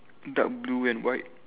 dark blue and white